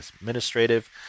Administrative